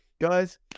Guys